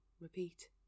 repeat